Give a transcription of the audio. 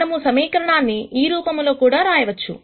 మనము సమీకరణాన్ని ఈ రూపంలో కూడా రాయవచ్చు